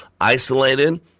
isolated